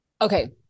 Okay